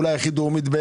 אולי הכי דרומית,